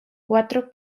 cuatro